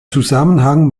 zusammenhang